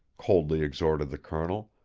coldly exhorted the colonel.